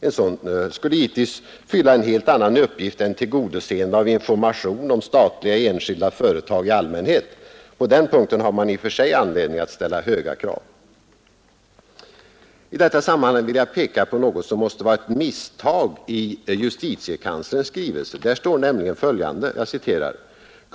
En sådan skulle givetvis fylla en helt annan uppgift än tillgodoseende av information om statliga och enskilda företag i allmänhet. På den punkten har man anledning ställa höga krav. I detta sammanhang vill jag peka på något som måste vara ett misstag i JK:s skrivelse. Där står nämligen följande: ”Kungl.